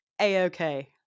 A-OK